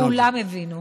כולם הבינו.